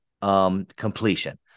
completion